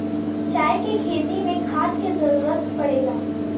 चाय के खेती मे खाद के जरूरत पड़ेला